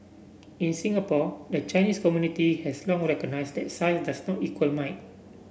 in Singapore the Chinese community has long recognised that size does not equal might